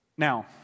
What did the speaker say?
Now